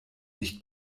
nicht